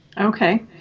Okay